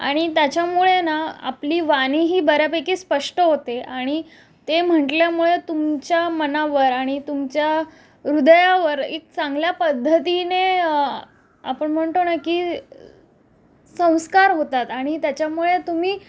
आणि त्याच्यामुळे ना आपली वाणीही बऱ्यापैकी स्पष्ट होते आणि ते म्हंटल्यामुळे तुमच्या मनावर आणि तुमच्या हृदयावर एक चांगल्या पद्धतीने आपण म्हणतो ना की संस्कार होतात आणि त्याच्यामुळे तुम्ही